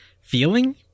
feeling